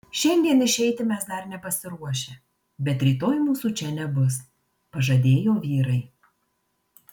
šiandien išeiti mes dar nepasiruošę bet rytoj mūsų čia nebus pažadėjo vyrai